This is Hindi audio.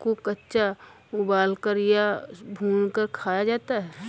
को कच्चा उबालकर या भूनकर खाया जाता है